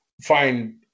find